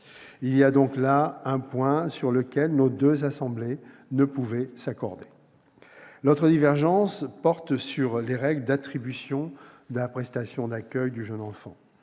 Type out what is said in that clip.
Il y a donc là un point sur lequel nos deux assemblées ne pouvaient s'accorder. L'autre divergence porte sur les règles d'attribution de la prestation d'accueil du jeune enfant,